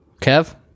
kev